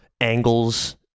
angles